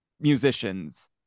musicians